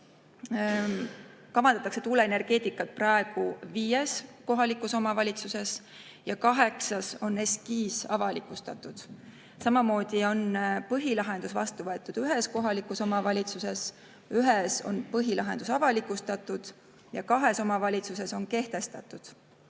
kavandatakse tuuleenergeetikat praegu viies kohalikus omavalitsuses ja kaheksas on eskiis avalikustatud. Põhilahendus on vastu võetud ühes kohalikus omavalitsuses, ühes on põhilahendus avalikustatud ja kahes omavalitsuses on kehtestatud.